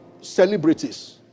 celebrities